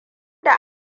da